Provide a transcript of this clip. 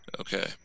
Okay